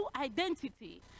identity